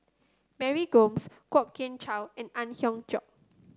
Mary Gomes Kwok Kian Chow and Ang Hiong Chiok